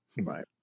Right